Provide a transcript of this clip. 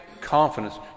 confidence